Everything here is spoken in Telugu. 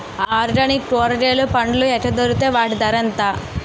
ఆర్గనిక్ కూరగాయలు పండ్లు ఎక్కడ దొరుకుతాయి? వాటి ధర ఎంత?